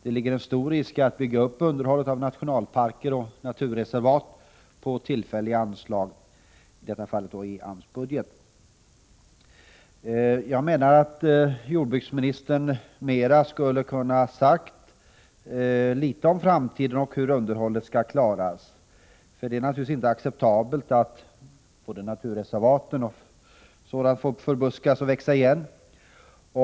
Det ligger en stor risk i att bygga upp underhållet av nationalparker och naturreservat på tillfälliga anslag, i detta fall i AMS budget. Jordbruksministern kunde ha sagt litet mera om framtiden och om hur underhållet skall skötas. Det är naturligtvis inte acceptabelt att låta naturreservat m.m. förbuskas och växa igen.